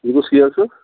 یہِ کُس کیک چھُ